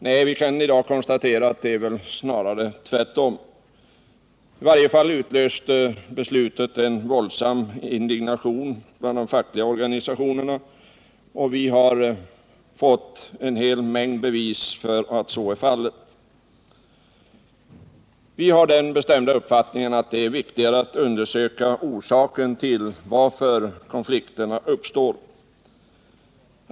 Nej, vi kan konstatera att det snarare är tvärtom. Beslutet utlöste en våldsam indignation bland de fackliga organisationerna, och det har vi fått en hel mängd bevis på. Vi har den bestämda uppfattningen att det är viktigare att undersöka orsaken till att konflikterna uppstår.